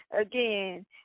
Again